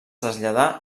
traslladà